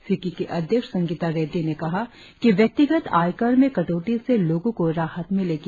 FICCI की अध्यक्ष संगीता रेड़डी ने कहा कि व्यक्तिगत आयकर में कटौती से लोगो को राहत मिलेगी